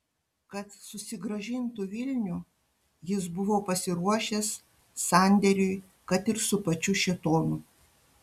kad susigrąžintų vilnių jis buvo pasiruošęs sandėriui kad ir su pačiu šėtonu